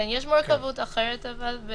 כן, אבל יש מורכבות אחרת במשפחות,